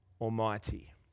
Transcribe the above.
Almighty